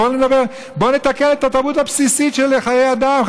בואו נתקן את התרבות הבסיסית של חיי אדם,